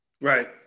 Right